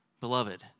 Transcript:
Beloved